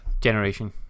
generation